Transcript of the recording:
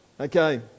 Okay